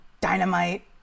dynamite